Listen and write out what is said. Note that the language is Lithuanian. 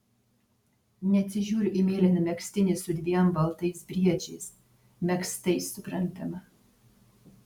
neatsižiūriu į mėlyną megztinį su dviem baltais briedžiais megztais suprantama